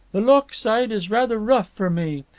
the lochside is rather rough for me.